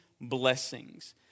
blessings